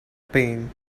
pain